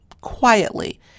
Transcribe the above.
quietly